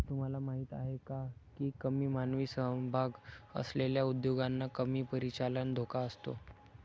तुम्हाला माहीत आहे का की कमी मानवी सहभाग असलेल्या उद्योगांना कमी परिचालन धोका असतो?